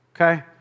Okay